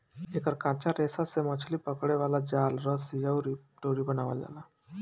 एकर कच्चा रेशा से मछली पकड़े वाला जाल, रस्सी अउरी डोरी बनावल जाला